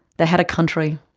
they had a country,